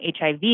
HIV